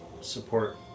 support